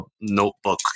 notebook